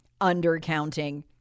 undercounting